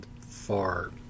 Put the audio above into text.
far